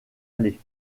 allée